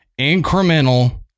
incremental